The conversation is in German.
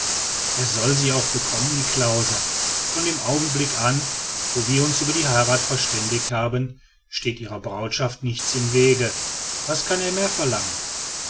er soll sie ja auch bekommen niklausse von dem augenblick an wo wir uns über die heirat verständigt haben steht ihrer brautschaft nichts im wege was kann er mehr verlangen